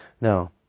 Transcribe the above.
No